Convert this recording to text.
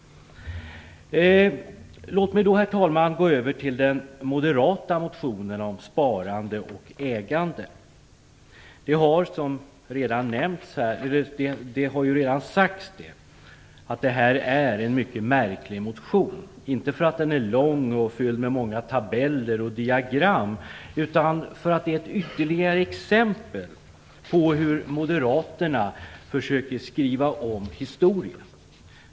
Låt mig så, herr talman, gå över till den moderata motionen om sparande och ägande. Det har redan sagts att det är en mycket märklig motion. Den är inte märklig därför att den är lång och fylld med många tabeller och diagram, utan därför att den är ett ytterligare exempel på hur Moderaterna försöker skriva om historien.